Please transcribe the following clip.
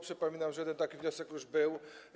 Przypominam, że jeden taki wniosek już był.